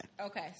okay